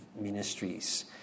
ministries